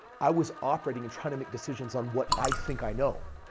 i was operating and trying to make decisions on what i think i know.